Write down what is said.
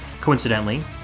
coincidentally